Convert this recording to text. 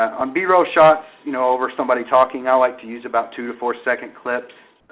on b-roll shots you know over somebody talking, i like to use about two to four second clips,